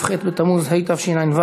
כ"ח בתמוז התשע"ו,